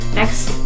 next